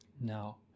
Now